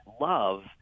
love